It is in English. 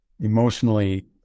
emotionally